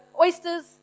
oysters